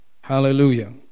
Hallelujah